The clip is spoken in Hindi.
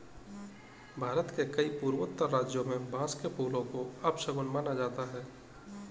भारत के कई पूर्वोत्तर राज्यों में बांस के फूल को अपशगुन माना जाता है